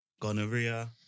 gonorrhea